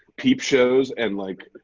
peep shows and, like,